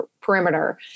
perimeter